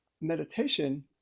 meditation